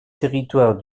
territoire